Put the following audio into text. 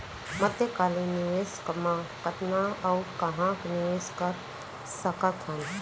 मध्यकालीन निवेश म कतना अऊ कहाँ निवेश कर सकत हन?